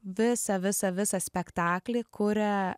visą visą visą spektaklį kuria